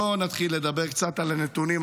בוא נתחיל לדבר קצת על הנתונים.